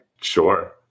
Sure